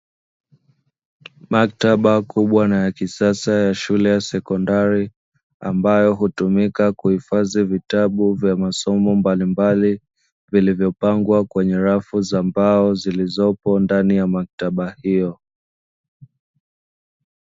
Maktaba kubwa na ya kisasa ya shule ya sekondari, ambayo hutumika kuhifadhi vitabu vya masomo mbalimbali vilivyopangwa kwenye rafu za mbao, zilizopo ndani ya maktaba hiyo.